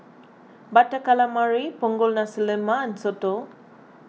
Butter Calamari Punggol Nasi Lemak and Soto